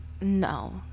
no